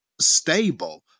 stable